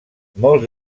molts